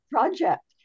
project